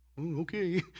okay